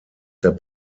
der